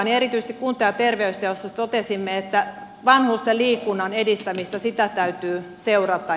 erityisesti kunta ja terveysjaostossa totesimme että vanhusten liikunnan edistämistä täytyy seurata